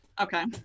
Okay